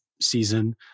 season